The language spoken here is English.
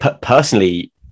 personally